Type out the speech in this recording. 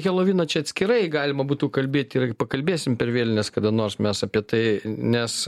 heluvino čia atskirai galima būtų kalbėti ir pakalbėsim per vėlines kada nors mes apie tai nes